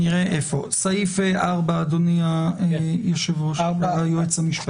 סעיף 4, אדוני היועץ המשפטי.